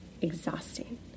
exhausting